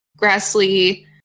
Grassley